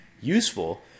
useful